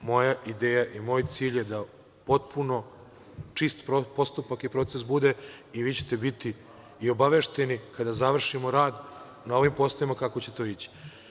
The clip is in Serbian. Moja ideja i moj cilj je da potpuno čist postupak i proces bude i vi ćete biti i obavešteni kada završimo rad na ovim poslovima kako će to ići.